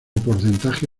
porcentaje